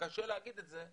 קשה להגיד את זה,